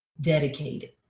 Dedicated